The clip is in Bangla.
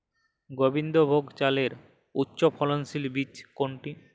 গোবিন্দভোগ চালের উচ্চফলনশীল বীজ কোনটি?